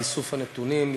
באיסוף הנתונים,